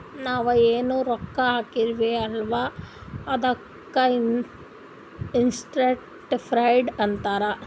ನಾವ್ ಎನ್ ರೊಕ್ಕಾ ಹಾಕ್ತೀವ್ ಅಲ್ಲಾ ಅದ್ದುಕ್ ಇನ್ವೆಸ್ಟ್ಮೆಂಟ್ ಫಂಡ್ ಅಂತಾರ್